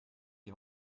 die